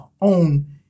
own